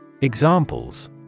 Examples